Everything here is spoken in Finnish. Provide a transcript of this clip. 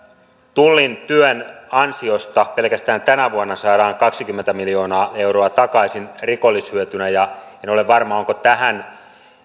tullin työn ansiosta pelkästään tänä vuonna saadaan kaksikymmentä miljoonaa euroa takaisin rikollishyötynä ja en ole varma onko tähän